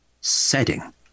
setting